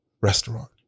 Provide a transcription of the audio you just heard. restaurant